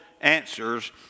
answers